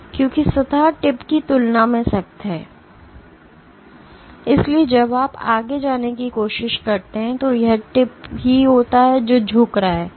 इसलिए क्योंकि सतह टिप की तुलना में सख्त है इसलिए जब आप आगे जाने की कोशिश करते हैं तो यह टिप ही होता है जो झुक रहा है